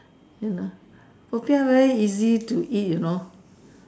can lah popiah very easy to eat you know